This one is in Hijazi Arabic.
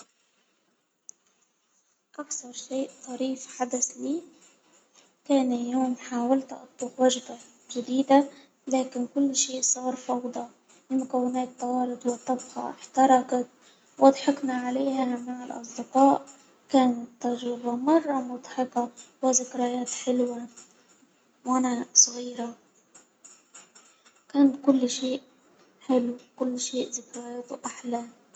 أكثر شئ طريف حدث لي شيء كان يوم حاولت أطبخ وجبة جديدة لكن كل شيء صارفوضى، المكونات طارت والطبخة إحترقت، وضحكنا عليها مع الأصدقاء كانت تجربة مرة مضحكة وذكريات حلوة وأنا صغيرة، كان كل شيء حلو، كل شيء ذكرياتة أحلى.